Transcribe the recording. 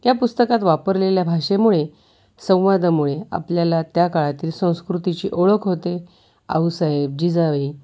त्या पुस्तकात वापरलेल्या भाषेमुळे संवादामुळे आपल्याला त्या काळातील संस्कृतीची ओळख होते आऊसाहेब जिजाई